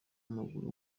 w’amaguru